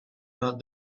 not